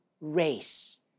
race